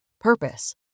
purpose